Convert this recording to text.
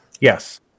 Yes